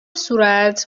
صورت